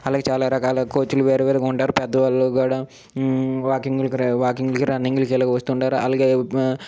అలాగే చాలా రకాల కోచ్లు వేరువేరుగా ఉంటారు పెద్ద వాళ్ళు కూడా వాకింగ్లు వాకింగ్ లకి రన్నింగ్ లకి ఇలా వస్తూ ఉంటారు అలాగే